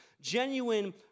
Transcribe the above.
Genuine